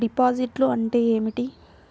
డిపాజిట్లు అంటే ఏమిటి?